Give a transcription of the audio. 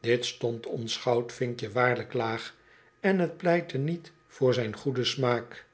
dit stond ons goudvinkje waarlijk laag en t pleitte niet voor zijn goeden smaak